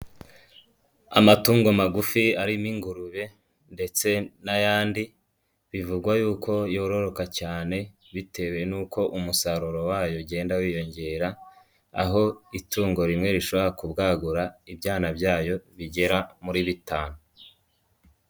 Amatungo magufi arimo ingurube ndetse n'ayandi, bivugwa y'uko yororoka cyane bitewe n'uko umusaruro wayo ugenda wiyongera, aho itungo rimwe rishobora kubwagura ibyana byayo bigera muri bitanu.